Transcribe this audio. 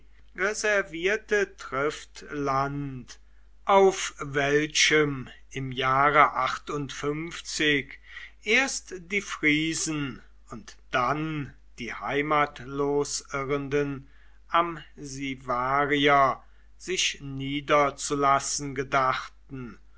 reservierte triftland auf welchem im jahre erst die friesen und dann die heimatlos irrenden amsivarier sich niederzulassen gedachten